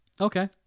okay